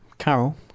Carol